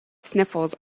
sniffles